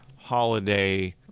holiday